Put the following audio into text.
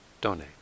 donate